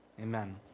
Amen